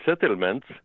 settlements